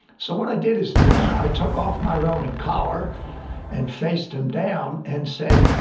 so what i did is i took off my roman collar and faced him down and said,